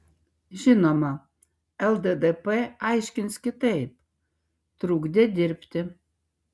žinoma lddp aiškins kitaip trukdė dirbti